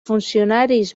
funcionaris